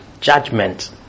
judgment